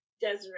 Desiree